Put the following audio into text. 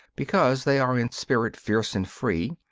because they are in spirit fierce and free,